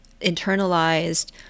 internalized